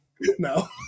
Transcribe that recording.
no